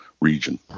region